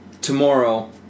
tomorrow